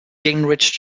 gingrich